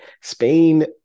Spain